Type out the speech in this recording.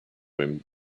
him